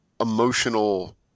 emotional